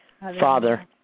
Father